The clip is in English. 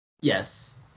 Yes